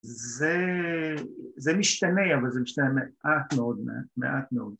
‫זה משתנה, ‫אבל זה משתנה מעט מאוד, מעט מאוד.